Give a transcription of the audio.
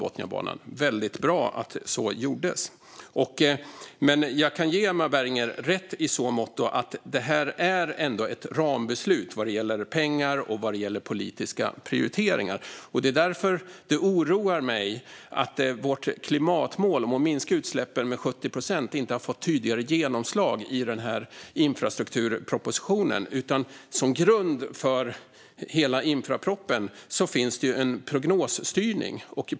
Det är väldigt bra att den lyfts in. Jag kan ge Emma Berginger rätt i så måtto att det här är ett rambeslut vad gäller pengar och politiska prioriteringar. Det är därför det oroar mig att vårt klimatmål om att minska utsläppen med 70 procent inte har fått tydligare genomslag i den här infrastrukturpropositionen. Som grund för hela infrastrukturpropositionen finns det ju en prognosstyrning.